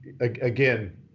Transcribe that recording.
again